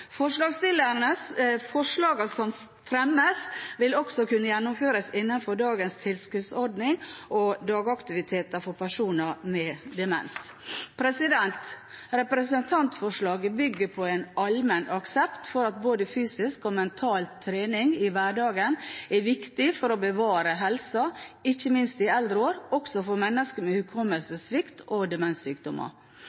som fremmes, vil også kunne gjennomføres innenfor dagens tilskuddsordning til dagaktiviteter for personer med demens. Representantforslaget bygger på en allmenn aksept for at både fysisk og mental trening i hverdagen er viktig for å bevare helsen, ikke minst i eldre år, også for mennesker med